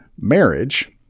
marriage